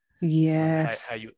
Yes